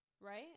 Right